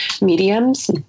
mediums